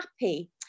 happy